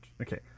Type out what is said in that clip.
okay